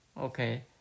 okay